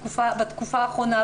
בתקופה האחרונה,